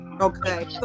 Okay